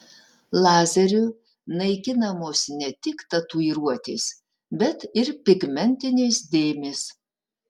lazeriu naikinamos ne tik tatuiruotės bet ir pigmentinės dėmės